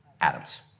Atoms